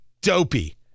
dopey